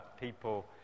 people